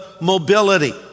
mobility